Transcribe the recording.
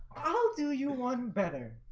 i'll do you one better